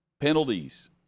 penalties